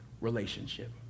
relationship